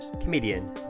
comedian